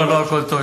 לא, לא הכול טוב.